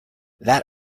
that